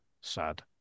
sad